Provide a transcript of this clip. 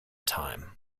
time